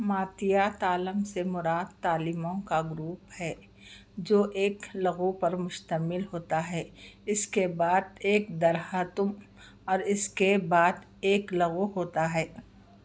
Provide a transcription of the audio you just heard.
ماتیا تالم سے مراد تالموں کا گروپ ہے جو ایک لغو پر مشتمل ہوتا ہے اس کے بعد ایک دہراتم اور اس کے بعد ایک لغو ہوتا ہے